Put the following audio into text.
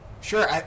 Sure